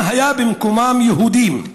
אם היו במקומם יהודים,